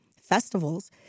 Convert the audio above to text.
festivals